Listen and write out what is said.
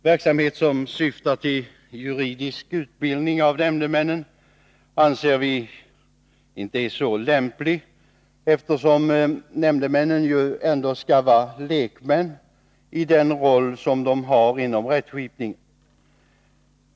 Verksamhet som syftar till juridisk utbildning av nämndemännen anser vi inte vara så lämplig, eftersom nämndemännen ändå skall vara lekmän i sin roll inom rättskipningen.